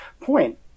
point